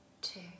two